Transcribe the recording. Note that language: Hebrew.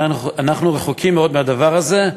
אנחנו רחוקים מאוד מהדבר הזה.